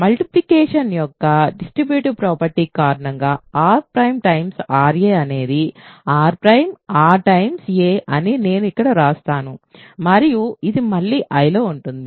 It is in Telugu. మల్టిప్లికేషన్ యొక్క డిస్ట్రిబ్యూటివ్ ప్రాపర్టీ కారణంగా r | ra అనేది r | r a అని నేను ఇక్కడ వ్రాస్తాను మరియు ఇది మళ్లీ I లో ఉంటుంది